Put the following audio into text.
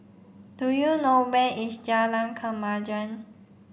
do you know where is Jalan Kemajuan